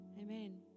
Amen